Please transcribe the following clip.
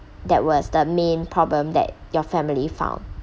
that was the main problem that your family found